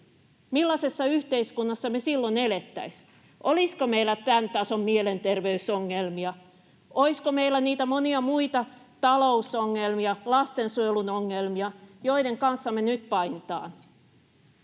Millaisessa yhteiskunnassa me silloin elettäisiin? Olisiko meillä tämän tason mielenterveysongelmia? Olisiko meillä niitä monia muita, talousongelmia, lastensuojelun ongelmia, joiden kanssa me nyt painitaan?